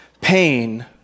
pain